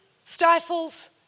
stifles